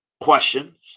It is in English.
questions